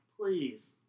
please